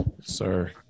sir